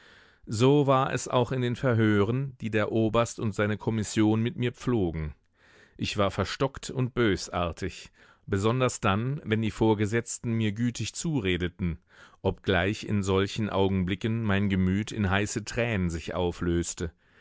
so war es auch in den verhören die der oberst und seine kommission mit mir pflogen ich war verstockt und bösartig besonders dann wenn die vorgesetzten mir gütig zuredeten obgleich in solchen augenblicken mein gemüt in heiße tränen sich auflöste